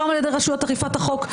גם על ידי רשויות אכיפת החוק,